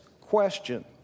question